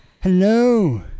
Hello